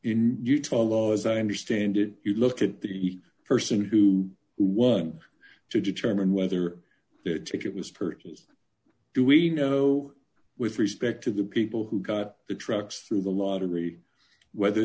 in utah law as i understand it you look at the person who won to determine whether that ticket was purchased do we know with respect to the people who got the trucks through the lot of three whether